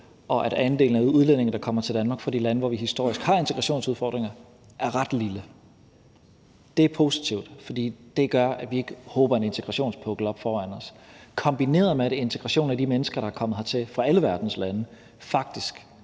og at andelen af udlændinge, der kommer til Danmark fra de lande, som vi historisk set har integrationsudfordringer med, er ret lille. Det er positivt, for det gør, at vi ikke hober en integrationspukkel op foran os. Og det er kombineret med, at integrationen af de mennesker, der er kommet hertil fra alle verdens lande, faktisk